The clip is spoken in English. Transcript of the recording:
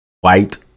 White